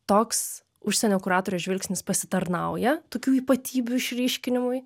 toks užsienio kuratorių žvilgsnis pasitarnauja tokių ypatybių išryškinimui